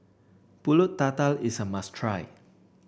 pulut tatal is a must try